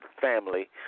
family